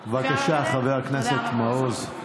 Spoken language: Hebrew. בבקשה, חבר הכנסת מעוז.